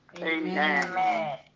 Amen